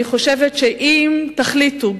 אני חושבת שאם תחליטו,